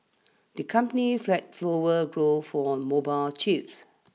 the company flagged flower growth for mobile chips